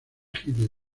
hitler